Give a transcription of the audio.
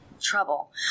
trouble